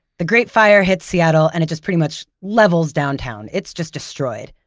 the great fire hit seattle, and it just pretty much levels downtown. it's just destroyed.